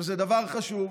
שהוא דבר חשוב,